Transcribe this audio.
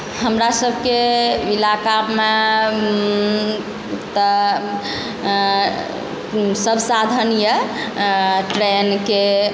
हमरा सबके इलाकामे तऽ सब साधन यऽ ट्रेनके